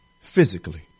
physically